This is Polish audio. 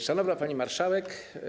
Szanowna Pani Marszałek!